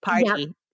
party